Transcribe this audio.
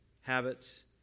habits